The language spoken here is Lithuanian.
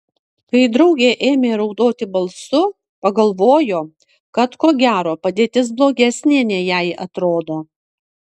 kai draugė ėmė raudoti balsu pagalvojo kad ko gero padėtis blogesnė nei jai atrodo